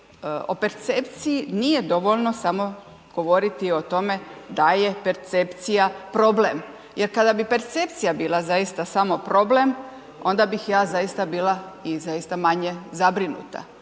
o percepciji nije dovoljno samo govoriti o tome da je percepcija problem jer kada bi percepcija bila zaista samo problem, onda bih ja zaista bila i zaista manje zabrinuta.